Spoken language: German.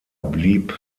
blieb